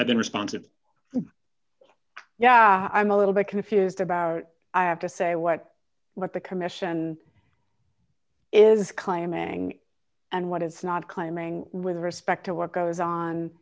responsive yeah i'm a little bit confused about i have to say what what the commission is claiming and what it's not claiming with respect to what goes on